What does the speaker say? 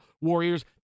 Warriors